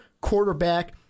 quarterback